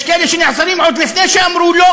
יש כאלה שנעצרים עוד לפני שאמרו "לא",